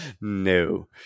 no